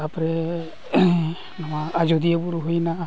ᱛᱟᱨᱯᱚᱨᱮ ᱱᱚᱣᱟ ᱟᱡᱚᱫᱤᱭᱟᱹ ᱵᱩᱨᱩ ᱦᱩᱭᱮᱱᱟ